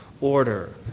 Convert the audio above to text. order